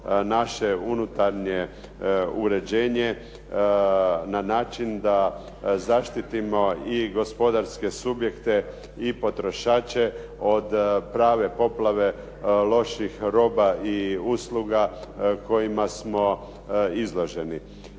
naše unutarnje uređenje na način da zaštitimo i gospodarske subjekte i potrošače od prave poplave loših roba i usluga kojima smo izloženi.